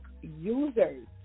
users